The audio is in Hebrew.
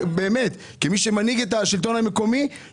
כמי שמנהיג את השלטון המקומי,